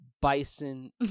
bison